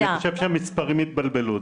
אני חושב שהמספרים התבלבלו.